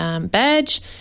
Badge